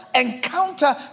encounter